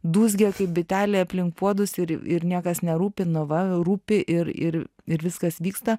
dūzgia kaip bitelė aplink puodus ir ir niekas nerūpi na va rūpi ir ir ir viskas vyksta